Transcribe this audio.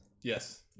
Yes